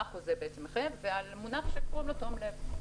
מה החוזה מחייב ועל המונח שקוראים לו "תום לב".